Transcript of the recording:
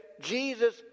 Jesus